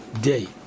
day